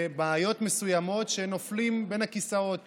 בעיות מסוימות שנופלות בין הכיסאות